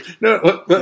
no